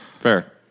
Fair